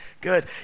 good